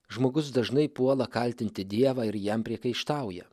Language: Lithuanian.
žmogus dažnai puola kaltinti dievą ir jam priekaištauja